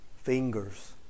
Fingers